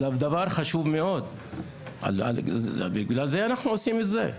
זה דבר חשוב מאוד, בגלל זה אנחנו עושים את זה.